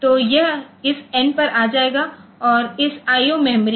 तो यह इस n पर आ जाएगा और इस IO मेमोरी